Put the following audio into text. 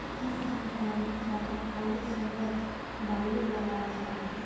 इस साल रामू चाचा खाली समयत बार्ली लगाल छ